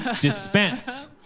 Dispense